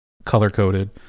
color-coded